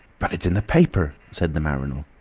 but it's in the paper, said the mariner.